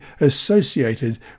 associated